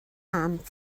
agam